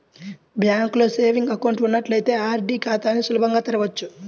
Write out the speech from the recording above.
బ్యాంకులో savings account ఉన్నట్లయితే RD ఖాతాని సులభంగా తెరవచ్చు